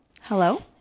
Hello